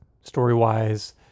story-wise